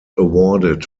awarded